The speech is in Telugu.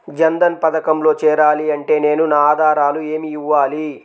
జన్ధన్ పథకంలో చేరాలి అంటే నేను నా ఆధారాలు ఏమి ఇవ్వాలి?